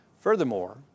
Furthermore